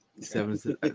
Seven